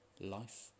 life